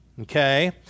Okay